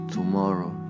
Tomorrow